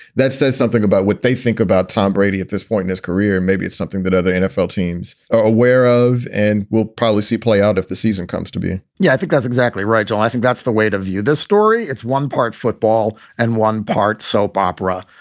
that says something about what they think about tom brady at this point in his career. and maybe it's something that other nfl teams are aware of and we'll probably see play out if the season comes to be yeah, i think that's exactly right, joe. i think that's the way to view this story. it's one part football and one part soap opera.